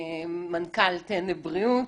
מנכ"ל טנא בריאות.